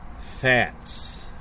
fats